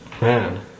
man